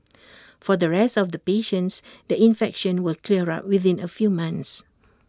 for the rest of the patients the infection will clear up within A few months